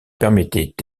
permettait